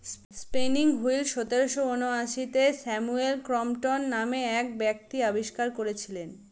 spinning wheel সতেরোশো ঊনআশিতে Samuel Crompton নামে এক ব্যক্তি আবিষ্কার করেছিলেন